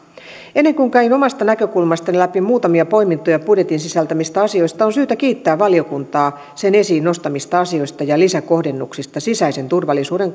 ennen kuin käyn omasta näkökulmastani läpi muutamia poimintoja budjetin sisältämistä asioista on syytä kiittää valiokuntaa sen esiin nostamista asioista ja lisäkohdennuksista sisäisen turvallisuuden